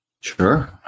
Sure